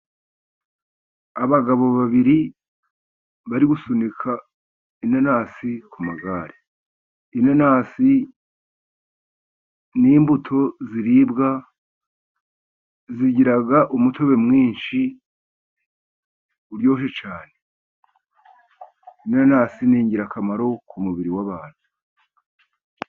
Abagabo babiri bari gusunika inanasi ku magare. Inanasi ni imbuto ziribwa. Zigira umutobe mwinshi uryoha cyane. Inanasi ni ingirakamaro ku mubiri w'abantu.